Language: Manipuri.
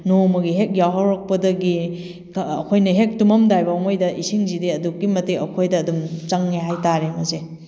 ꯅꯣꯡꯃꯒꯤ ꯍꯦꯛ ꯌꯥꯍꯧꯔꯛꯄꯗꯒꯤ ꯑꯩꯈꯣꯏꯅ ꯍꯦꯛ ꯇꯨꯝꯃꯝꯗꯥꯏꯐꯥꯎꯉꯩꯗ ꯏꯁꯤꯡꯁꯤꯗꯤ ꯑꯗꯨꯛꯀꯤ ꯃꯇꯤꯛ ꯑꯩꯈꯣꯏꯗ ꯑꯗꯨꯝ ꯆꯪꯉꯤ ꯍꯥꯏ ꯇꯥꯔꯦ ꯃꯁꯦ